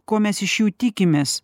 ko mes iš jų tikimės